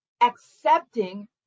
accepting